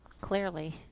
Clearly